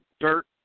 dirt